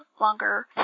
longer